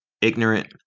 ignorant